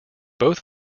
both